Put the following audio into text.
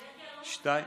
האלרגיה לא